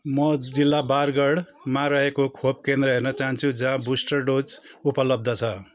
म जिल्ला बारगढमा रहेको खोप केन्द्र हेर्न चाहन्छु जहाँ बुस्टर डोज उपलब्ध छ